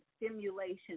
stimulation